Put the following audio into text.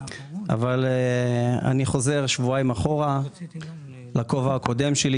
אני חוזר שבועיים אחורה לכובע הקודם שלי,